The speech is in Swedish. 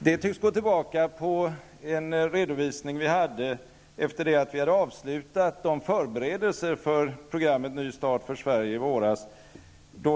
Detta tycks gå tillbaka på en redovisning efter det att vi i våras hade avslutat förberedelserna för programmet Ny start för Sverige.